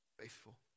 Faithful